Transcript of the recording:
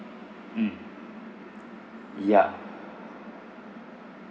mm ya